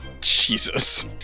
Jesus